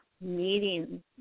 meeting